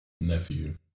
nephew